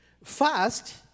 First